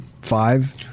Five